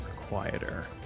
quieter